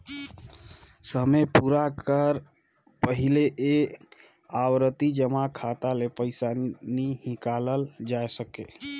समे पुरे कर पहिले ए आवरती जमा खाता ले पइसा नी हिंकालल जाए सके